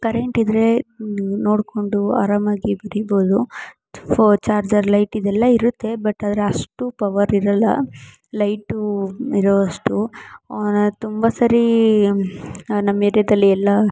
current ಇದ್ರೆ ನೋಡಿಕೊಂಡು ಅರಾಮಾಗಿ ಬರೀಬೋದು ಫೊ ಚಾರ್ಜರ್ ಲೈಟ್ ಇದೆಲ್ಲ ಇರುತ್ತೆ ಬಟ್ ಆದರೆ ಅಷ್ಟು ಪವರ್ ಇರೋಲ್ಲ ಲೈಟು ಇರುವಷ್ಟು ಆನ ತುಂಬ ಸಾರೀ ನಮ್ಮ ಏರ್ಯಾದಲ್ಲಿ ಎಲ್ಲ